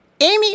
Amy